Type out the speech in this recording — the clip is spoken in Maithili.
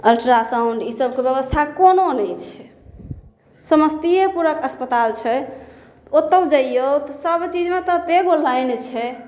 अल्ट्रा साउंड इसबके व्यवस्था कोनो नहि छै समस्तीपुरके अस्पताल छै तऽ ओतऽ जइयौ तऽ सब चीजमे तते गौरबाइन छै